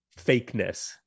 fakeness